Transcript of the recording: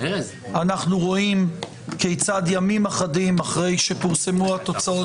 אנחנו רואים כיצד ימים אחדים אחרי שפורסמו התוצאות